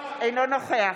אינו נוכח